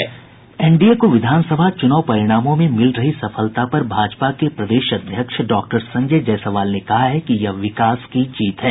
NDA को विधानसभा चूनाव परिणामों में मिल रही सफलता पर भाजपा के प्रदेश अध्यक्ष डॉक्टर संजय जायसवाल ने कहा है कि यह विकास की जीत है